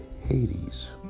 Hades